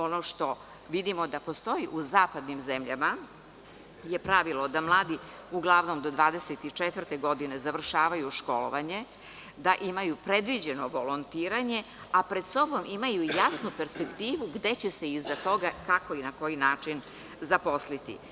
Ono što vidimo da postoji u zapadnim zemljama jeste da mladi uglavnom do 24. godine završavaju školovanje, da imaju predviđeno volontiranje, a pred sobom imaju i jasnu perspektivu gde će se iza toga, kako i na koji način zaposliti.